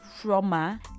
trauma